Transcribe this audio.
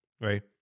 right